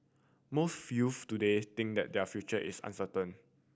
most youths today think that their future is uncertain